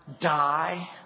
die